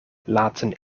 laten